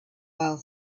aisle